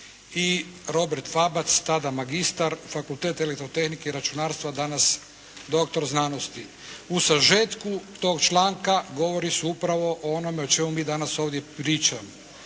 i Robert Vabac tada magistar, fakultet Elektrotehnike i računarstva, danas doktor znanosti. U sažetku tog članka govori se upravo o onome o čemu mi danas ovdje pričamo.